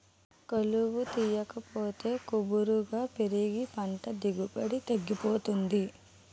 కలుపు తీయాకపోతే గుబురుగా పెరిగి పంట దిగుబడి తగ్గిపోతుంది